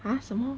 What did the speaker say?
!huh! 什么